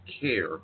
care